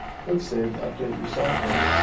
click save to update your software.